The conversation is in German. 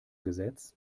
gesetz